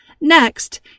Next